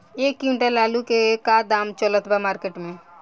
एक क्विंटल आलू के का दाम चलत बा मार्केट मे?